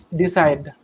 decide